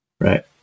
Right